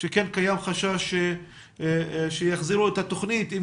שכן קיים חשש שיחזירו את התוכנית ואם